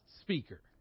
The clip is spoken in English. speaker